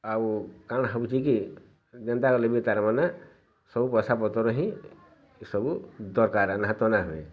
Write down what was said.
ଆଉ କାଣ ହଉଛି କି ଯେନ୍ତା ଗଲେ ବି ତା'ରମାନେ ସବୁ ପଇସା ପତର ହିଁ ଏ ସବୁ ଦରକାର